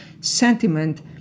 sentiment